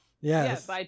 Yes